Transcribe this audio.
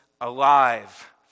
alive